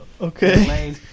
Okay